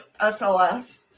SLS